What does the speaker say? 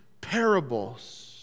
parables